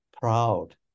proud